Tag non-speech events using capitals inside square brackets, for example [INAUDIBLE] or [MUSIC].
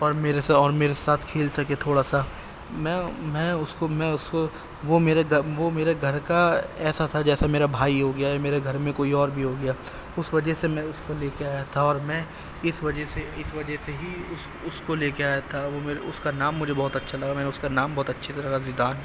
اور میرے سے اور میرے ساتھ کھیل سکے تھوڑا سا میں میں اس کو میں اس کو وہ میرے وہ میرے گھر کا ایسا تھا جیسا میرا بھائی ہو گیا یا میرے گھر میں کوئی اور بھی ہو گیا اس وجہ سے میں اس کو لے کے آیا تھا اور میں اس وجہ سے اس وجہ سے ہی اس اس کو اس کو لے کے آیا تھا وہ میرے اس کا نام مجھے اچھا لگا میں نے اس کا نام بہت اچھی طرح [UNINTELLIGIBLE] زیدان